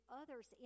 others